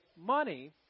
money